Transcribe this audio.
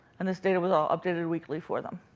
and this data was all updated weekly for them.